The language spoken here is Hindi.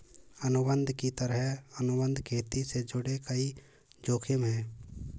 अनुबंध की तरह, अनुबंध खेती से जुड़े कई जोखिम है